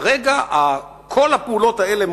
שכרגע כל הפעולות האלה,